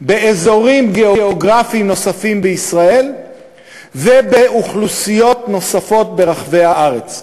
באזורים גיאוגרפיים נוספים בישראל ובאוכלוסיות נוספות ברחבי הארץ.